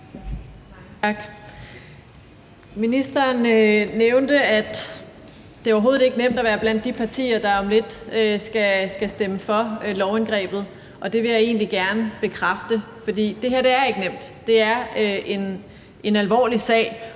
Ministeren nævnte, at det overhovedet ikke er nemt at være blandt de partier, der om lidt skal stemme for lovindgrebet, og det vil jeg egentlig gerne bekræfte, for det her er ikke nemt, det er en alvorlig sag.